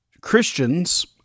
Christians